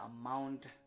amount